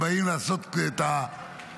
הם באים לעשות את הקייטנה,